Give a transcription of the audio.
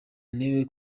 ntebe